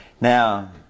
Now